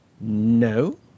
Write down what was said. No